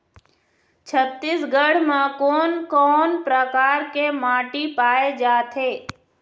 छत्तीसगढ़ म कोन कौन प्रकार के माटी पाए जाथे?